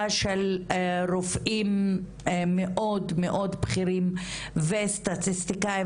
של רופאים מאוד בכירים וסטטיסטיקאים